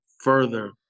further